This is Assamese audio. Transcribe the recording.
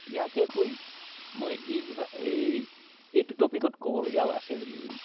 ইয়াকে কৈ মই এই বিভাগ এই এইটো টপিকত ক'বলগীয়াও আছে বুলি